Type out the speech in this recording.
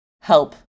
help